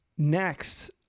Next